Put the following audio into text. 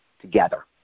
together